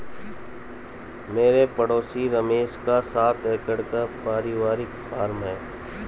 मेरे पड़ोसी रमेश का सात एकड़ का परिवारिक फॉर्म है